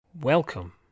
Welcome